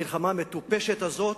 במלחמה המטופשת הזאת.